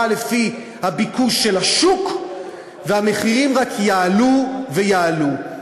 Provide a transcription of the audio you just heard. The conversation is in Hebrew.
לפי הביקוש של השוק והמחירים רק יעלו ויעלו.